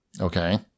okay